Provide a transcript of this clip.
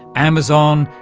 amazon,